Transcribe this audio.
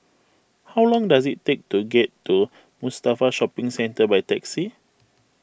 how long does it take to get to Mustafa Shopping Centre by taxi